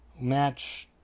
match